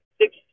six